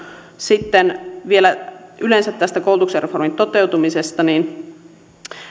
sitten vielä yleensä tästä koulutuksen reformin toteutumisesta